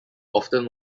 often